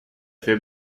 fait